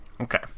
Okay